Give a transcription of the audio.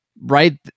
right